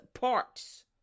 parts